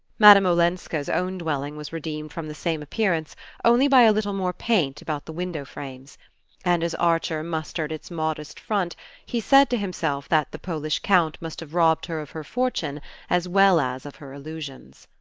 madame olenska's own dwelling was redeemed from the same appearance only by a little more paint about the window-frames and as archer mustered its modest front he said to himself that the polish count must have robbed her of her fortune as well as of her illusions.